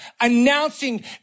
announcing